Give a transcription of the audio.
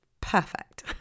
perfect